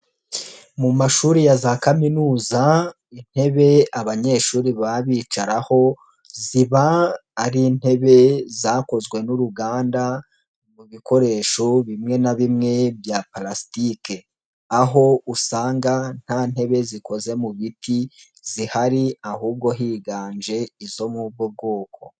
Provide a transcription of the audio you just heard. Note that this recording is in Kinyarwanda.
Mu mashuri ya za kaminuza intebe abanyeshuri baba bicaraho ziba ari intebe zakozwe n'uruganda mu bikoresho bimwe na bimwe bya palasitike, aho usanga nta ntebe zikoze mu biti zihari ahubwo higanje izo muri ubwo bwoko.